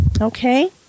Okay